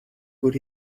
could